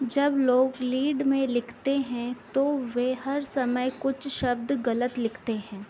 जब लोग लीड में लिखते हैं तो वे हर समय कुछ शब्द गलत लिखते हैं